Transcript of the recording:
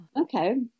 okay